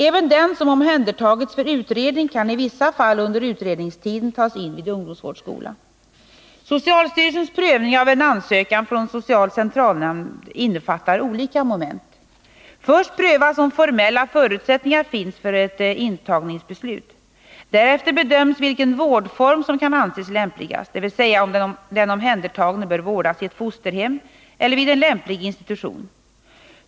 Även den som omhändertagits för utredning kan i vissa fall under utredningstiden tas in vid ungdomsvårdsskola. Socialstyrelsens prövning av en ansökan från social centralnämnd innefattar olika moment. Först prövas om formella förutsättningar finns för ett intagningsbeslut. Därefter bedöms vilken vårdform som kan anses lämpligast, dvs. om den omhändertagne bör vårdas i ett fosterhem eller vid en lämplig institution.